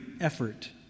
effort